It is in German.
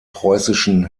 preußischen